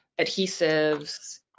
adhesives